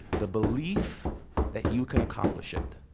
the belief that you can accomplished it,